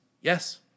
Yes